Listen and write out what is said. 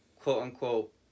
quote-unquote